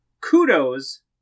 Kudos